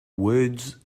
words